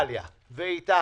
זה מובא ויבוא לתיקון.